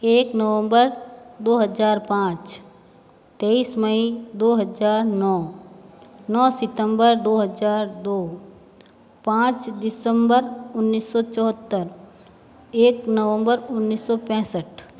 एक नवंबर दो हजार पाँच तेईस मई दो हजार नौ नौ सितंबर दो हजार दो पाँच दिसम्बर उन्नीस सौ चौहत्तर एक नवंबर उन्नीस सौ पैसठ